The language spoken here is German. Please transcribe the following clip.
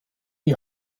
die